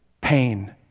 pain